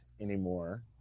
anymore